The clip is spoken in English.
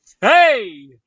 Hey